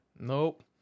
Nope